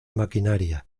maquinaria